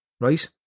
right